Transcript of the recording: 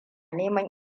neman